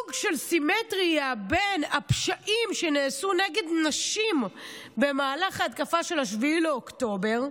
סוג של סימטריה בין הפשעים שנעשו נגד נשים במהלך ההתקפה של 7 באוקטובר,